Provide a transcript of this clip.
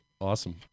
awesome